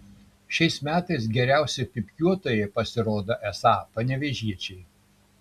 šiais metais geriausi pypkiuotojai pasirodė esą panevėžiečiai